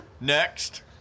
Next